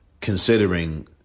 considering